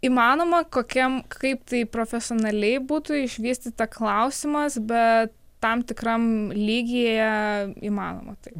įmanoma kokiem kaip tai profesionaliai būtų išvystyta klausimas bet tam tikram lygyje įmanoma taip